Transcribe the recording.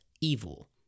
evil